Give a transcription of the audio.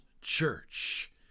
church